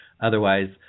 Otherwise